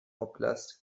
oblast